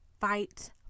Fight